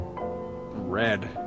Red